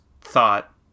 thought